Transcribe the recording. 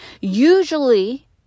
usually